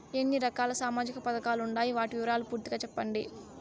ఎన్ని రకాల సామాజిక పథకాలు ఉండాయి? వాటి వివరాలు పూర్తిగా సెప్పండి?